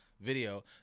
video